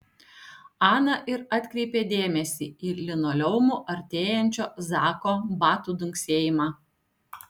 ana ir atkreipė dėmesį į linoleumu artėjančio zako batų dunksėjimą